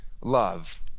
love